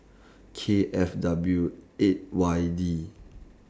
K F W eight Y D